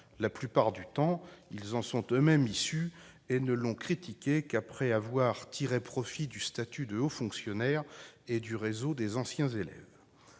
La plupart du temps, ils en sont eux-mêmes issus et ne l'ont critiquée qu'après avoir tiré profit du statut de haut fonctionnaire et du réseau des anciens élèves.